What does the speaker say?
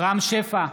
רם שפע,